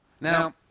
Now